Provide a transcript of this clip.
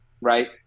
right